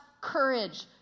courage